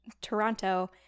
Toronto